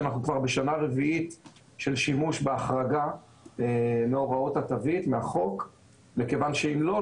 שאנחנו כבר בשנה הרביעית של שימוש בהחרגה מהחוק מכיוון שאם לא,